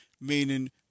Meaning